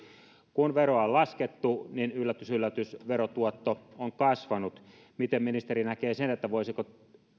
kun veroa on laskettu niin yllätys yllätys verotuotto on kasvanut miten ministeri näkee sen voisiko